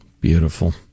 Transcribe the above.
Beautiful